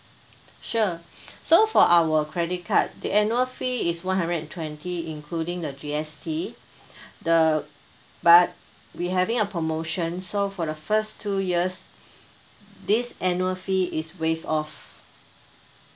sure so for our credit card the annual fee is one hundred and twenty including the G_S_T the uh but we having a promotion so for the first two years this annual fee is waived off